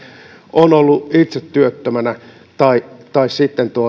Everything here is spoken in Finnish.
on ollut itse työttömänä tai tai sitten